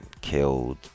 killed